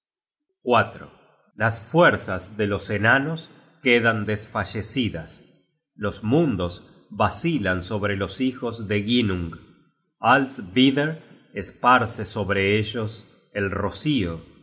ocultos las fuerzas de los enanos quedan desfallecidas los mundos vacilan sobre los hijos de ginnung alsvider esparce sobre ellos el rocío